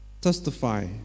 testify